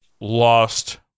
lost